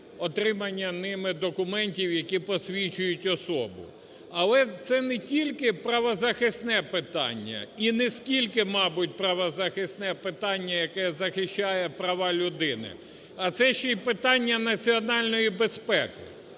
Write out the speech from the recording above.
отримання ними документів, які посвідчують особу. Але це не тільки правозахисне питання і не скільки, мабуть, правозахисне питання, яке захищає права людина, а це ще й питання національної безпеки.